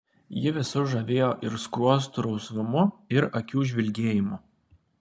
ji visus žavėjo ir skruostų rausvumu ir akių žvilgėjimu